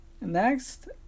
next